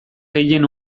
gehien